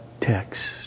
text